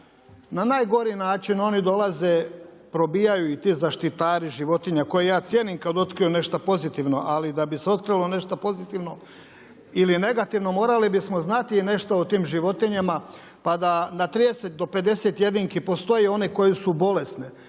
na najgori način, oni dolaze, probijaju i ti zaštitari životinja, koje ja cijenim kada otkriju nešto pozitivno, ali i da bi se otkrilo nešto pozitivno ili negativno morali bismo znati i nešto o tim životinjama pa da na 30 do 50 jedinki postoje one koje su bolesne,